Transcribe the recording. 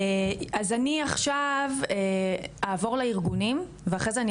אז אני עכשיו אעבור לארגונים ואחרי זה אני